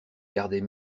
gardait